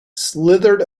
slithered